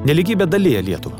nelygybė dalija lietuvą